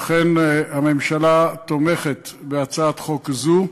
ואכן הממשלה תומכת בהצעת חוק הזו.